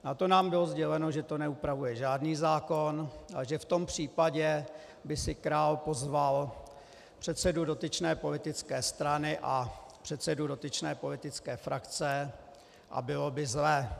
Na to nám bylo sděleno, že to neupravuje žádný zákon a že v tom případě by si král pozval předsedu dotyčné politické strany a předsedu dotyčné politické frakce a bylo by zle.